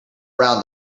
around